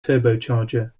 turbocharger